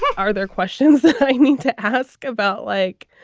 are there questions that i need to ask about like,